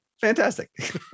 Fantastic